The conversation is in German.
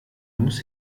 muss